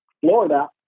Florida